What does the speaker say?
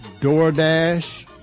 DoorDash